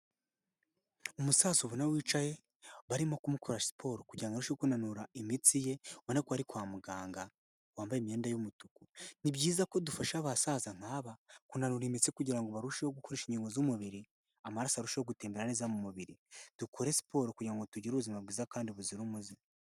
Umusaza ubona wicaye barimo kumukoresha siporo kugira ngo arusheho kunanura imitsi ye ubona ko bari kwa muganga wambaye imyenda y'umutuku ni byiza ko dufasha abasaza ntaba kunarura imitsi kugirango ngo barusheho gukoresha ingingo z'umubiri amarasoarusheho gutembera neza mu mubiri dukore siporo kugira ngo tugire ubuzima bwiza kandi buzira umuze .